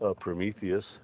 Prometheus